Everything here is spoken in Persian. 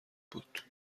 بود